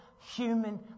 human